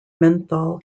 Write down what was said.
menthol